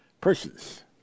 persons